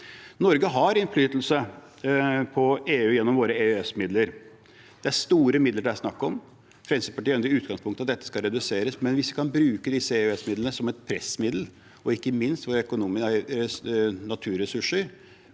Norge har innflytelse på EU gjennom våre EØS-midler. Det er store midler det er snakk om. Fremskrittspartiet mener i utgangspunktet at dette skal reduseres, men hvis vi kan bruke disse EØS-midlene som et pressmiddel, og ikke minst våre naturressurser